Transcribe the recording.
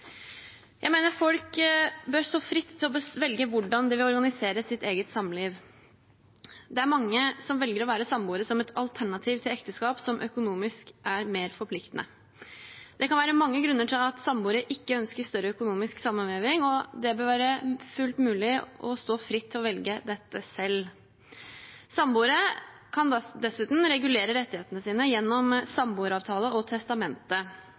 Jeg mener folk bør stå fritt til å velge hvordan de vil organisere sitt eget samliv. Det er mange som velger å være samboere som et alternativ til ekteskap, som økonomisk er mer forpliktende. Det kan være mange grunner til at samboere ikke ønsker større økonomisk sammenveving, og det bør være fullt mulig å stå fritt til å velge dette selv. Samboere kan dessuten regulere rettighetene sine gjennom samboeravtale og